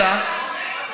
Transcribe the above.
אלא,